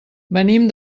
venim